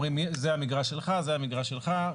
אומרים זה המגרש שלך וזה המגרש שלך,